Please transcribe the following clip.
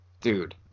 dude